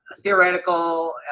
Theoretical